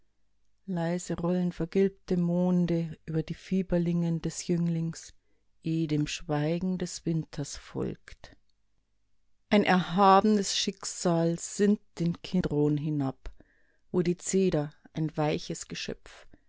leise rollen vergilbte monde über die fieberlinnen des jünglings eh dem schweigen des winters folgt ein erhabenes schicksal sinnt den kidron hinab wo die zeder ein weiches geschöpf